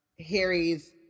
Harry's